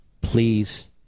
Please